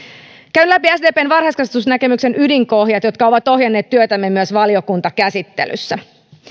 käyn läpi sdpn varhaiskasvatusnäkemyksen ydinkohdat jotka ovat ohjanneet työtämme myös valiokuntakäsittelyssä